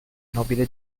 nobile